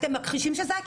אתם מכחישים שזה היה?